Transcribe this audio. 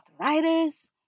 arthritis